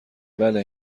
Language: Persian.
بله